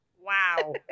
Wow